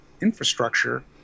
Infrastructure